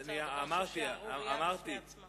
זו שערורייה בפני עצמה.